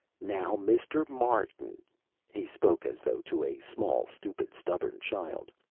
now mr. martin he spoke as though to a small, stupid, stubborn child.